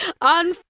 On